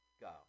go